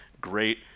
great